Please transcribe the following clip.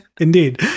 Indeed